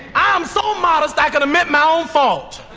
i'm so modest i can admit my own fault.